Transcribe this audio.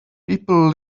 people